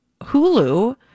hulu